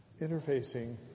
interfacing